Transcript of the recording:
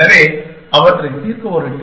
எனவே அவற்றைத் தீர்க்க ஒரு டி